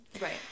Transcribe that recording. right